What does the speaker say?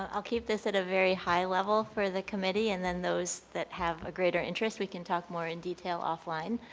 um i'll keep this at a very high level for the committee and then those that have a greater interest, we can talk more in detail offline.